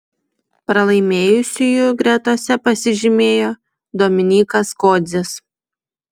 pralaimėjusiųjų gretose pasižymėjo dominykas kodzis